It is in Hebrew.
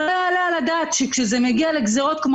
לא יעלה על הדעת שכאשר זה מגיע לגזרות כמו